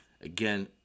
again